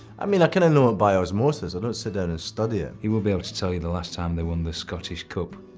i mean, i kind of know it by osmosis. i don't sit there and study it. he will be able to tell you the last time they won the scottish cup.